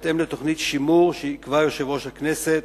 בהתאם לתוכנית שימור שיקבע יושב-ראש הכנסת.